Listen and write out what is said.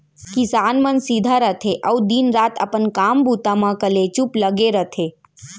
किसान मन सीधा रथें अउ दिन रात अपन काम बूता म कलेचुप लगे रथें